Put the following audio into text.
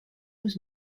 was